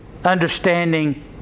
understanding